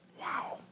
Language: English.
Wow